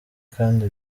kandi